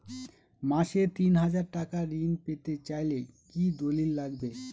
মাসে তিন হাজার টাকা ঋণ পেতে চাইলে কি দলিল লাগবে?